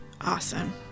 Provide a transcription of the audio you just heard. Awesome